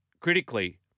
critically